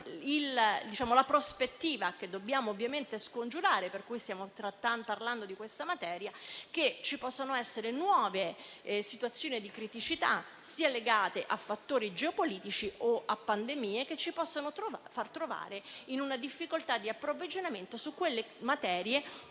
alla prospettiva - dobbiamo ovviamente scongiurarla e per questo stiamo parlando di questa materia - che ci possano essere nuove situazioni di criticità, legate a fattori geopolitici o a pandemie, che possano farci trovare in una difficoltà di approvvigionamento delle materie